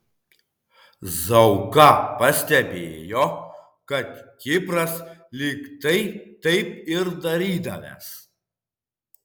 zauka pastebėjo kad kipras lyg tai taip ir darydavęs